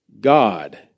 God